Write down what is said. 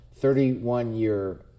31-year